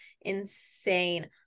insane